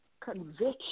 conviction